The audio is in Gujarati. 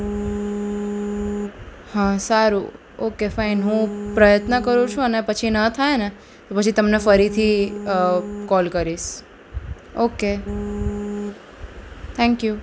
હા સારું ઓકે ફાઇન હું પ્રયત્ન કરું છું અને પછી ન થાય ને તો પછી તમને ફરીથી કોલ કરીશ ઓકે થેંક્યુ